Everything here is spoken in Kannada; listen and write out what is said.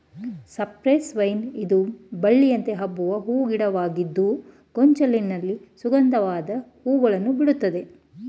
ಸೈಪ್ರೆಸ್ ವೈನ್ ಇದು ಬಳ್ಳಿಯಂತೆ ಹಬ್ಬುವ ಹೂ ಗಿಡವಾಗಿದ್ದು ಗೊಂಚಲಿನ ಸುಗಂಧವಾದ ಹೂಗಳನ್ನು ಬಿಡುತ್ತದೆ